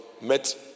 met